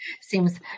seems